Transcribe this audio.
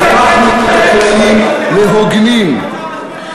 הפכנו את הכללים להוגנים.